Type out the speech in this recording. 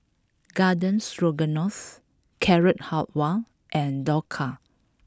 Garden Stroganoff Carrot Halwa and Dhokla